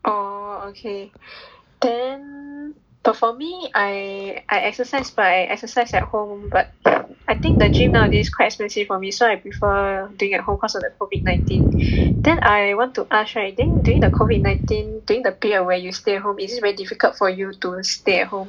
oh ok then but for me I exercise but I exercise at home but I think the gym nowadays is quite expensive for me so I prefer doing at home cause of the COVID nineteen then I want to ask right during the COVID nineteen during the period where you stay home is it very difficult for you to stay at home